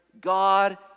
God